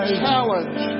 challenge